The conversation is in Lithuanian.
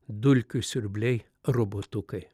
dulkių siurbliai robotukai